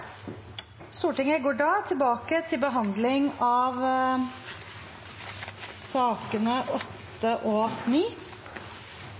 Stortinget går da tilbake til dagsorden og fortsetter behandlingen av sakene